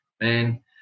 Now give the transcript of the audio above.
man